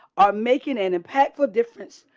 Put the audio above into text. are making an impact for difference,